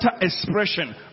expression